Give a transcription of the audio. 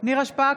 נירה שפק,